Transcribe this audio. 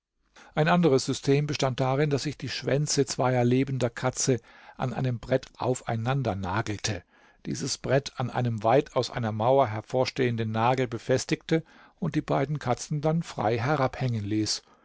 ein anderes system bestand darin daß ich die schwänze zweier lebender katzen an einem brett aufeinandernagelte dieses brett an einem weit aus einer mauer hervorstehenden nagel befestigte und die beiden katzen dann frei herabhängen ließ